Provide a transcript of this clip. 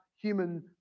human